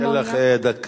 אתן לך דקה.